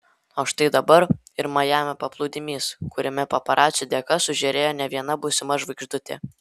o štai dabar ir majamio paplūdimys kuriame paparacių dėka sužėrėjo ne viena būsima žvaigždutė